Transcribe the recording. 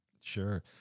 Sure